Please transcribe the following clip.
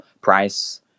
price